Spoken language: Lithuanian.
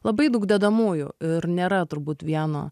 labai daug dedamųjų ir nėra turbūt vieno